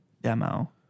demo